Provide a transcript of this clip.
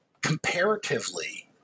comparatively